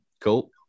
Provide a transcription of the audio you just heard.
Cool